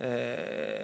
aeda